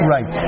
Right